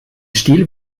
stil